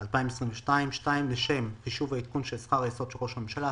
2022 2. לצורך חישוב עדכון שכר היסוד של ראש הממשלה,